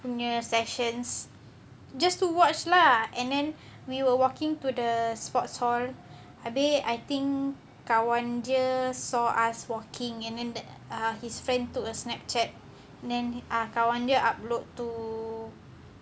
punya sessions just to watch lah and then we were walking to the sports hall abeh I think kawan dia saw us walking in and then his friend took a snapchat then ah kawan dia upload to